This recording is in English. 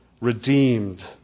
Redeemed